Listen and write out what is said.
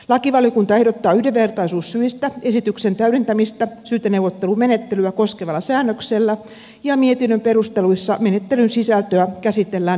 lakivaliokunta ehdottaa yhdenvertaisuussyistä esityksen täydentämistä syyteneuvottelumenettelyä koskevalla säännöksellä ja mietinnön perusteluissa menettelyn sisältöä käsitellään yksityiskohtaisesti